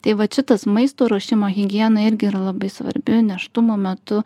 tai vat šitas maisto ruošimo higiena irgi yra labai svarbi nėštumo metu